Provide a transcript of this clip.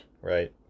Right